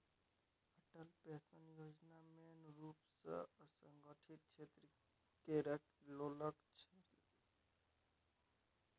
Atal pension Yojana मेन रुप सँ असंगठित क्षेत्र केर लोकक लेल छै